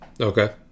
okay